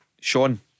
Sean